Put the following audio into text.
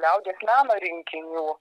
liaudies meno rinkinių